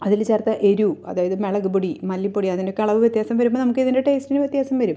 അതിൽ ചേർത്ത എരിവ് അതായത് മുളകുപൊടി മല്ലിപ്പൊടി അതിൻ്റെ കളറ് വ്യത്യാസം വരുമ്പോൾ നമുക്ക് ഇതിൻ്റെ ടേസ്റ്റിന് വ്യത്യാസം വരും